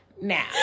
Now